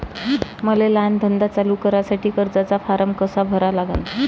मले लहान धंदा चालू करासाठी कर्जाचा फारम कसा भरा लागन?